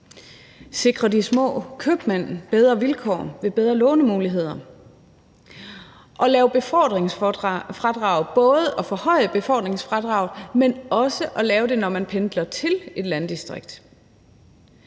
sikre de små købmænd bedre vilkår ved bedre lånemuligheder; at lave befordringsfradrag, både ved at forhøje befordringsfradraget, men også at lave det, når man pendler til et landdistrikt;